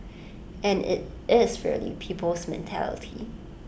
and IT is really people's mentality